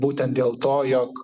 būtent dėl to jog